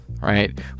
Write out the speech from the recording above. Right